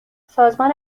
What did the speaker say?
سازمان